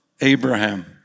Abraham